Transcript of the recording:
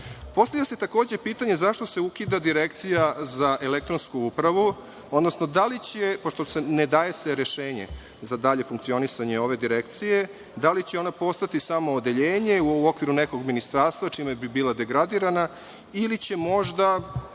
se takođe pitanje - zašto se ukida Direkcija za elektronsku upravu, odnosno da li će, pošto se ne daje rešenje za dalje funkcionisanje ove Direkcije, da li će ona postati samo odeljenje u okviru nekog ministarstva, čime bi bila degradirana, ili će možda